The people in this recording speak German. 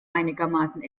einigermaßen